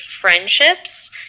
friendships